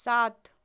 सात